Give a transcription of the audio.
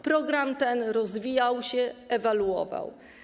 Program ten rozwijał się, ewoluował.